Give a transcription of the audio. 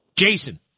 Jason